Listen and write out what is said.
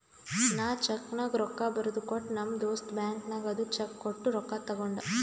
ನಾ ಚೆಕ್ನಾಗ್ ರೊಕ್ಕಾ ಬರ್ದು ಕೊಟ್ಟ ನಮ್ ದೋಸ್ತ ಬ್ಯಾಂಕ್ ನಾಗ್ ಅದು ಚೆಕ್ ಕೊಟ್ಟು ರೊಕ್ಕಾ ತಗೊಂಡ್